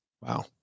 Wow